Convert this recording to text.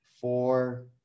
four